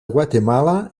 guatemala